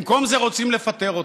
במקום זה רוצים לפטר אותה.